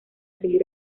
seguir